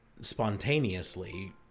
spontaneously